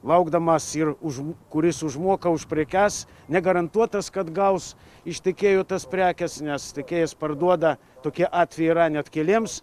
laukdamas ir už kuris užmoka už prekes negarantuotas kad gaus iš tiekėjo tas prekes nes tiekėjas parduoda tokie atvejai yra net keliems